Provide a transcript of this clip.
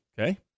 Okay